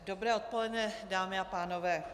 Dobré odpoledne, dámy a pánové.